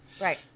Right